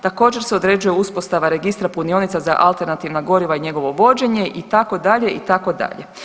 Također se određuje uspostava registra punionica za alternativna goriva i njegovo vođenje itd., itd.